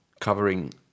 covering